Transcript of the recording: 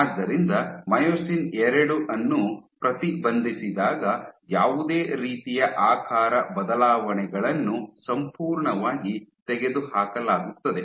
ಆದ್ದರಿಂದ myosin II ಅನ್ನು ಪ್ರತಿಬಂಧಿಸಿದಾಗ ಯಾವುದೇ ರೀತಿಯ ಆಕಾರ ಬದಲಾವಣೆಗಳನ್ನು ಸಂಪೂರ್ಣವಾಗಿ ತೆಗೆದುಹಾಕಲಾಗುತ್ತದೆ